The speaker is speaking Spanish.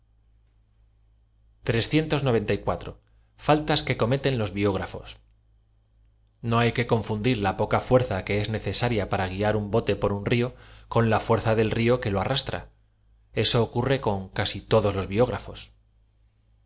s que cometen los biógrafos n o hay que confundir la poca fuerza que es necesa ria para guiar un bote por uq rio con la fuerza del río que lo arrastra eso ocurre coa casi todos los bió